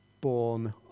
born